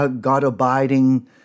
God-abiding